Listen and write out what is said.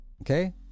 Okay